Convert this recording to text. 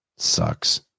sucks